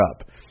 up